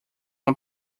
uma